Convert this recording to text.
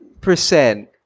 percent